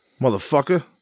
Motherfucker